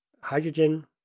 hydrogen